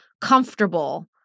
comfortable